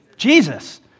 Jesus